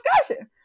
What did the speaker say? discussion